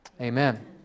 Amen